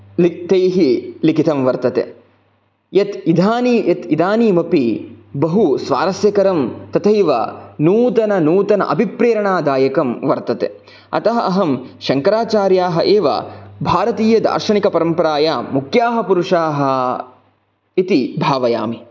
तैः लिखितं वर्तते यत् इदानी यत् इदानीमपि बहु स्वारस्यकरं तथैव नूतन नूतन अभिप्रेरणादायकं वर्तते अतः अहं शङ्कराचार्याः एव भारतीयदार्शनिकपरम्परायां मुख्याः पुरुषाः इति भावयामि